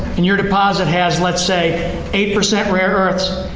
and your deposit has let's say eight percent rare earths,